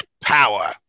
power